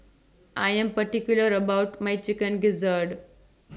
I Am particular about My Chicken Gizzard